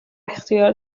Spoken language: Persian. اختیار